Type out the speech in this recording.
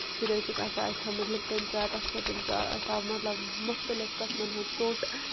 تِژھ پھِر حظ چھِکھ آسان اَسہِ تھٔومٕژ لِپٹَن چاے تَتھ سۭتۍ چھُ آسان مطلب مختلف قٕسمَن ہٕنٛز ژوٚٹ